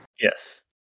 Yes